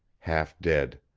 half dead.